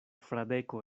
fradeko